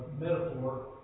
metaphor